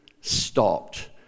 stopped